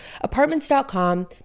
Apartments.com